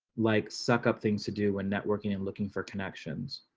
like suck up things to do when networking and looking for connections.